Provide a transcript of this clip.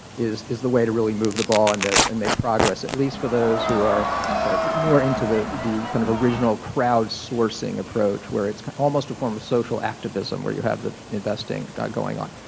is is the way to really move the ball on this and make progress, at least for those who are more into the the kind of original crowdsourcing approach where it's almost a form of social activism where you have the investing going on.